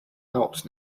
out